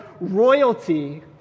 royalty